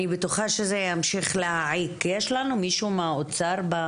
אשמח לשמוע את נציג האוצר.